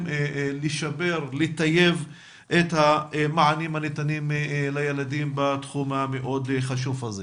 ולשפר ולטייב את המענים הניתנים לילדים בתחום החשוב הזה.